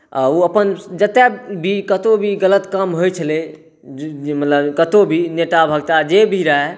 आ ओ अपन जतय भी कतहु भी गलत काम होइत छलै मतलब कतहु भी नेता वक्ता जे भी रहए